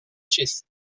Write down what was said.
چیست